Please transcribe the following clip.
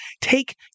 take